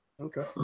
Okay